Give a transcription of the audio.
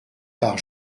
pars